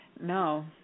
No